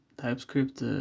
TypeScript